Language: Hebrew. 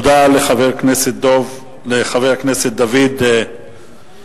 תודה לחבר הכנסת דוד רותם,